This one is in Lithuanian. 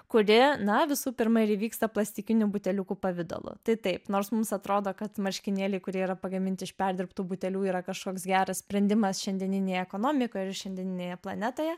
kuri na visų pirma ir įvyksta plastikinių buteliukų pavidalu tai taip nors mums atrodo kad marškinėliai kurie yra pagaminti iš perdirbtų butelių yra kažkoks geras sprendimas šiandieninėje ekonomikoje ir šiandieninėje planetoje